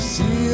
See